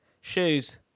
Shoes